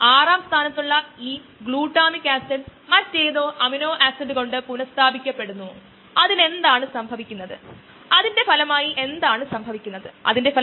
ഭക്ഷ്യ വ്യവസായം glucose isomerase sweet inverted sugar ഗ്ലൂക്കോസിന്റെയും ഫ്രക്ടോസിന്റെയും മിശ്രിതം ഇത് നിശ്ചലമാക്കിയ ഗ്ലൂക്കോസ് ഐസോമെറേസ് ഉപയോഗിച്ച് ആണ് ചെയുന്നത്